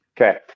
Okay